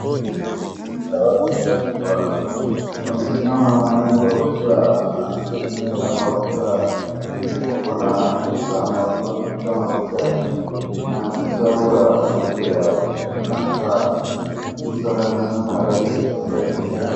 Kuna kundi cha watu ambapo huwa wamesimama mahali huwa wakiwa wanatengeneza ama wakiwa wako na fursa ama wakiwa na kama picha na sasa huwa wanapiga picha fulani kwa mtu ambaye amesimama rais ambaye ni Raila Odinga.